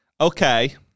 okay